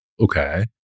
Okay